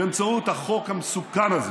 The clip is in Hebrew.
באמצעות החוק המסוכן הזה.